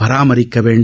பராமரிக்க வேண்டும்